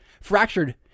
fractured